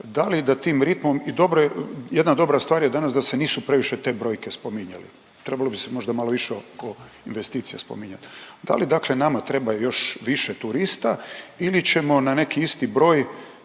da li da tim ritmom i jedna dobra stvar je danas da se nisu previše te brojke spominjali, trebalo bi se možda malo više oko investicija spominjat. Da li dakle nama treba još više turista ili ćemo na neki isti broj